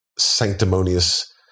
sanctimonious